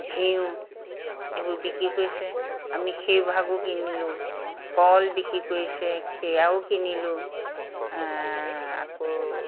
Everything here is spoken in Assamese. ঘিঁউ এইবোৰ বিক্ৰী কৰিছে আমি সেইভাগো কিনিলোঁ কল বিক্ৰী কৰিছে সেয়াও কিনিলোঁ আকৌ